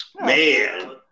Man